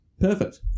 Perfect